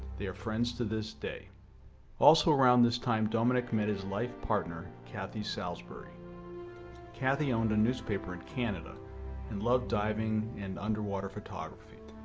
they are friends to this day also around this time dominique met his life partner cathy salisbury cathy owned a newspaper in canada and loved diving and underwater photography.